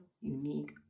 unique